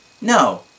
No